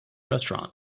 restaurant